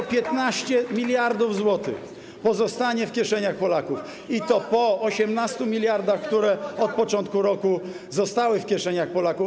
Ok. 15 mld zł pozostanie w kieszeniach Polaków, i to po 18 mld, które od początku roku zostały w kieszeniach Polaków.